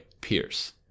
Pierce